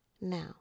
Now